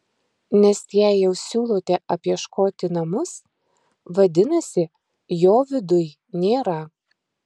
nes jei jau siūlote apieškoti namus vadinasi jo viduj nėra